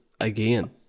again